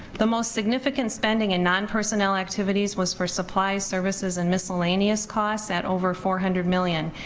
the most significant spending in non-personnel activities was for supplies, services and miscellaneous costs, at over four hundred million.